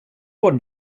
one